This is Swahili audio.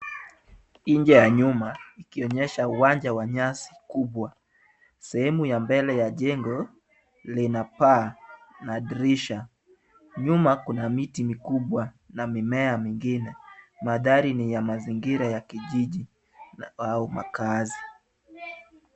Nje ya nyuma ikionyesha uwanja wa nyasi kubwa. Sehemu ya mbele ya jengo lina paa na dirisha. Nyuma kuna miti mikubwa na mimea mingine. Mandhari ni ya mazingira ya kijiji au makaazi.